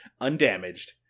undamaged